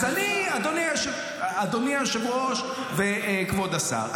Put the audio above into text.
אז אדוני היושב-ראש וכבוד השר,